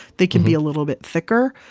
they can be a little bit thicker.